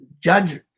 judge